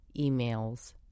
emails